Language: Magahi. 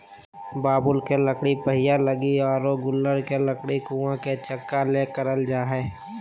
बबूल के लकड़ी पहिया लगी आरो गूलर के लकड़ी कुआ के चकका ले करल जा हइ